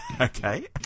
Okay